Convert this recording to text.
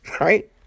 right